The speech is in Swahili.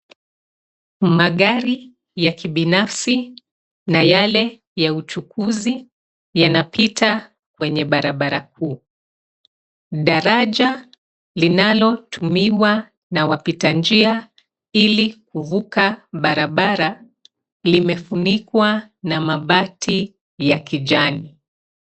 Magari ya kibinafsi na yale ya uchukuzi yanapita kwenye barabara kuu. Daraja linalotumiwa na wapita njia ili kuvuka barabara limefunikwa na mabati ya kijani.